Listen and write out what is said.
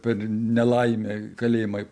per nelaimę kalėjimai